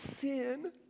sin